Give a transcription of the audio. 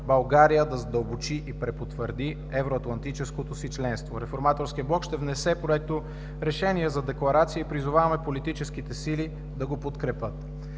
България да задълбочи и препотвърди евроатлантическото си членство. Реформаторският блок ще внесе проекторешение за декларация и призоваваме политическите сили да го подкрепят.